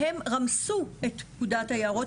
והם רמסו את פקודת היערות.